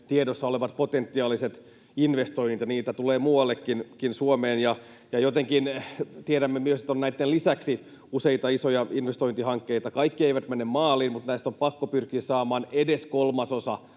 tiedossa olevat potentiaaliset investoinnit — ja niitä tulee muuallekin Suomeen. Ja jotenkin tiedämme myös, että on näitten lisäksi useita isoja investointihankkeita. Kaikki eivät mene maaliin, mutta näistä on pakko pyrkiä saamaan edes kolmasosa